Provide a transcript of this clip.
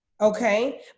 Okay